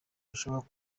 bishoboka